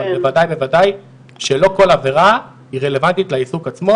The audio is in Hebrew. אבל בוודאי ובוודאי שלא כל עבירה רלוונטית לעיסוק עצמו,